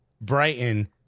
Brighton